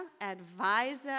advisor